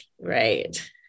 Right